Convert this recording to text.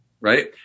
right